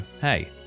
hey